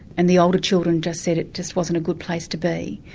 and the older children just said it just wasn't a good place to be,